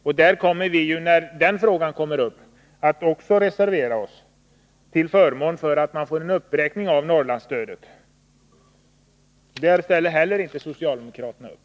När den frågan senare skall behandlas kommer vi att reservera oss till förmån för en uppräkning av Norrlandsstödet. Inte heller här ställer socialdemokraterna upp.